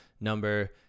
number